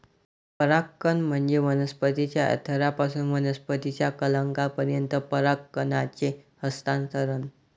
परागकण म्हणजे वनस्पतीच्या अँथरपासून वनस्पतीच्या कलंकापर्यंत परागकणांचे हस्तांतरण